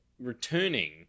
returning